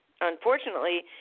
unfortunately